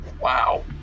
Wow